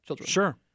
Sure